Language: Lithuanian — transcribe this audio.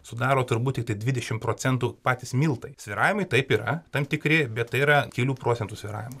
sudaro turbūt tiktai dvidešimt procentų patys miltai svyravimai taip yra tam tikri bet tai yra kelių procentų svyravimai